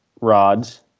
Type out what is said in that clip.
rods